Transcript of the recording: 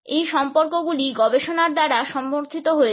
এই সম্পর্কগুলি গবেষণা দ্বারা সমর্থিত হয়েছে